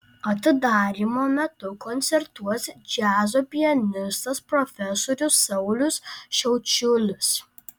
atidarymo metu koncertuos džiazo pianistas profesorius saulius šiaučiulis